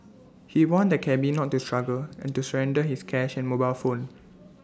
he warned the cabby not to struggle and to surrender his cash and mobile phone